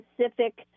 specific